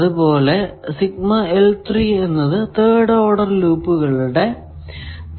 അതുപോലെ എന്നത് third order ലൂപ്പുകളുടെ തുക ആണ്